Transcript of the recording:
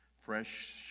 fresh